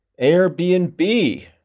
Airbnb